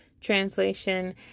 Translation